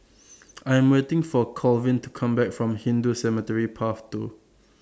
I Am waiting For Colvin to Come Back from Hindu Cemetery Path two